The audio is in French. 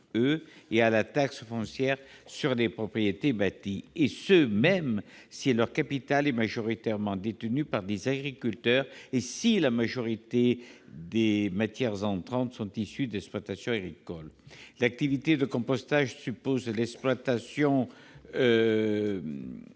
et à la taxe foncière sur les propriétés bâties, ce même si leur capital est majoritairement détenu par des agriculteurs et si les matières entrantes sont majoritairement issues d'exploitations agricoles. L'activité de compostage suppose l'exploitation d'un